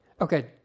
Okay